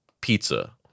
pizza